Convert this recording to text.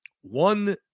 One